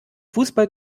fußball